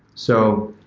so,